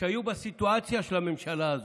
שהיו בסיטואציה של הממשלה הזו.